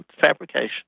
fabrication